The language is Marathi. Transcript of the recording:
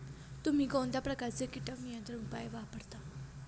तुम्ही कोणत्या प्रकारचे कीटक नियंत्रण उपाय वापरता?